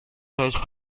choice